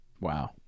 Wow